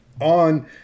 on